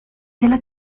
della